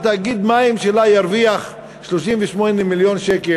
תאגיד המים שלה ירוויח 38 מיליון שקל,